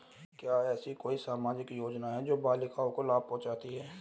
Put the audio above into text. क्या ऐसी कोई सामाजिक योजनाएँ हैं जो बालिकाओं को लाभ पहुँचाती हैं?